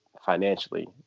financially